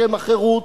בשם החירות,